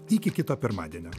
iki kito pirmadienio